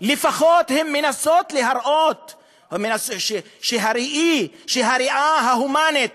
לפחות הן מנסות להראות שהראייה ההומנית